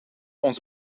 ons